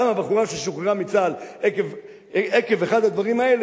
למה בחורה ששוחררה מצה"ל עקב אחד הדברים האלה,